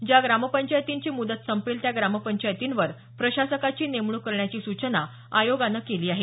ज्या ग्रामपंचायतींची मूदत संपेल त्या ग्रामपंचायतीवर प्रशासकाची नेमणूक करण्याची सुचना आयोगान केली आहे